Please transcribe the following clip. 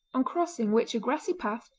on crossing which a grassy path,